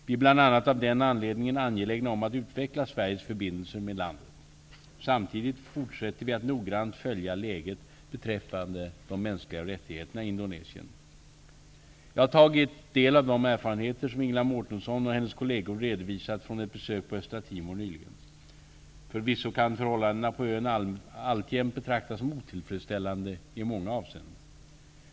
Vi är bl.a. av den anledningen angelägna om att utveckla Sveriges förbindelser med landet. Samtidigt fortsätter vi att noggrant följa läget beträffande de mänskliga rättigheterna i Indonesien. Jag har tagit del av de erfarenheter som Ingela Mårtensson och hennes kolleger redovisat från ett besök på Östra Timor nyligen. Förvisso kan förhållandena på ön alltjämt betecknas som otillfredsställande i många avseenden.